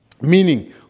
Meaning